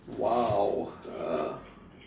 !wow! uh